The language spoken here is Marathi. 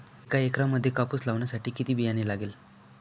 एका एकरामध्ये कापूस लावण्यासाठी किती बियाणे लागेल?